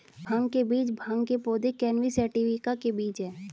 भांग के बीज भांग के पौधे, कैनबिस सैटिवा के बीज हैं